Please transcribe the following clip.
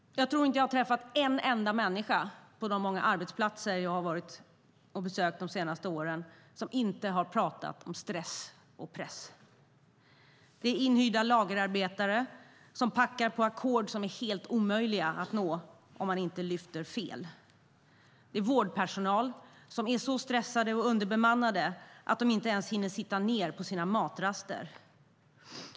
Jag tror inte jag har träffat en enda människa på de många arbetsplatser jag har besökt de senaste åren som inte har pratat om stress och press. Det är inhyrda lagerarbetare som packar på ackord som är omöjliga att nå om man inte lyfter fel. Det är vårdpersonal som stressar på underbemannade arbetsplatser och knappt hinner sitta ned ens på matrasten.